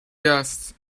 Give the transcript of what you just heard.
guests